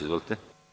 Izvolite.